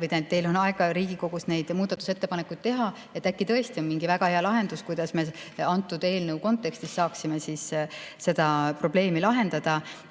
või teil on aega Riigikogus neid muudatusettepanekuid teha. Äkki tõesti on mingi väga hea lahendus, kuidas me selle eelnõu kontekstis saaksime seda probleemi lahendada.